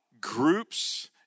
groups